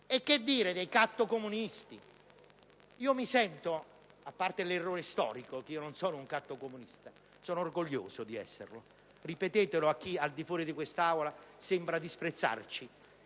E che dire dei cattocomunisti? Io sono orgoglioso - a parte l'errore storico perché io non sono un cattocomunista - di esserlo. Ripetetelo a chi, al di fuori di quest'Aula, sembra disprezzarci.